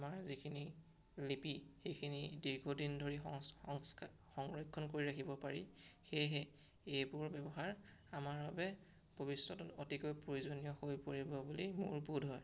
আমাৰ যিখিনি লিপি সেইখিনি দীৰ্ঘদিন ধৰি সং সং সংস্কাৰ সংৰক্ষণ কৰি ৰাখিব পাৰি সেয়েহে এইবোৰৰ ব্যৱহাৰ আমাৰ বাবে ভৱিষ্যতত অতিকৈ প্ৰয়োজনীয় হৈ পৰিব বুলি মোৰ বোধ হয়